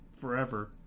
Forever